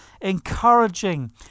encouraging